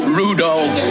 rudolph